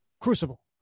Crucible